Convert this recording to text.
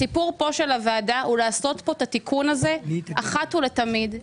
הסיפור של הוועדה הוא לעשות פה את התיקון הזה אחת ולתמיד,